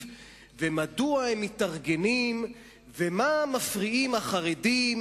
ומדוע הם מתארגנים ומה מפריעים החרדים,